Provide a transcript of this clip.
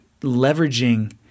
leveraging